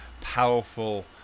powerful